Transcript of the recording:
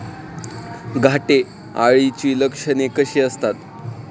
घाटे अळीची लक्षणे कशी असतात?